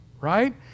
right